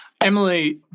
Emily